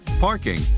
parking